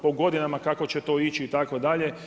Po godinama kako će to ići, itd.